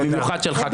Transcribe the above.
במיוחד שלך,